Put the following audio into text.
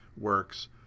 works